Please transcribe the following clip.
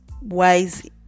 wise